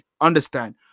understand